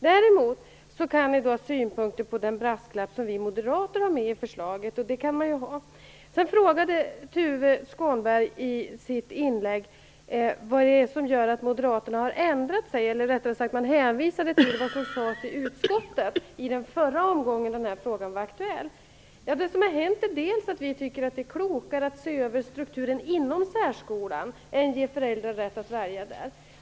Däremot kan ni ha synpunkter på den brasklapp som vi moderater har med i förslaget. Sedan frågade Tuve Skånberg i sitt inlägg vad det är som gör att moderaterna har ändrat sig, eller han hänvisade rättare sagt till vad som sades i utskottet förra gången den här frågan var aktuell. Det som har hänt är att vi har sagt att det är klokare att se över strukturen inom särskolan än att ge föräldrar rätt att välja den.